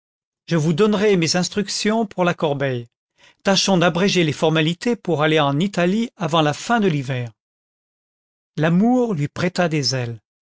je vous donnerai mes instructions pour la corbeille tâchons d'abréger les formalités pour aller en italie avant la fin de l'hiver l'amour lui prêta des ailes